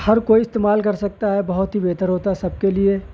ہر کوئی استعمال کر سکتا ہے بہت ہی بہتر ہوتا ہے سب کے لیے